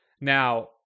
Now